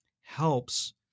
helps